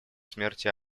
смерти